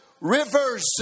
rivers